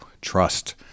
trust